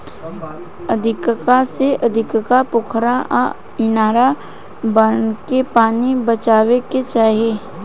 अधिका से अधिका पोखरा आ इनार बनाके पानी बचावे के चाही